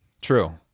True